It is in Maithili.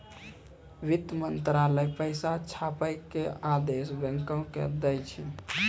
वित्त मंत्रालय पैसा छापै के आदेश बैंको के दै छै